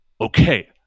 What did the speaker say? Okay